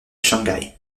shanghai